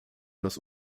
das